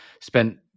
spent